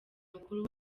mukuru